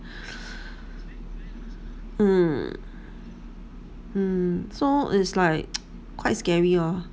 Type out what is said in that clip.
mm mm so it's like quite scary ah